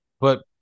But-